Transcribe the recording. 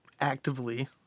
actively